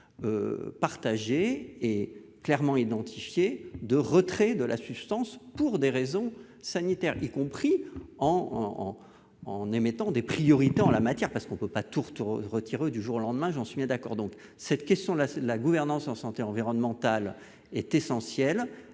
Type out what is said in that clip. partager et clairement identifié de retrait de la substance, pour des raisons sanitaires, y compris en en émettant des priorités en la matière parce qu'on ne peut pas tourtereaux retire du jour au lendemain, j'en suis bien d'accord, donc cette question-là, c'est la gouvernance en santé environnementale est essentielle,